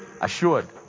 assured